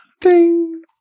Ding